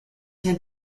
had